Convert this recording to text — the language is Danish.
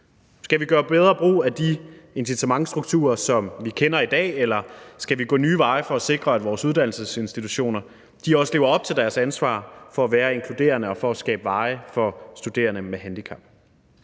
Skal vi gøre bedre brug af de incitamentsstrukturer, som vi kender i dag, eller skal vi gå nye veje for at sikre, at vores uddannelsesinstitutioner også lever op til deres ansvar for at være inkluderende og for at skabe veje for studerende med handicap?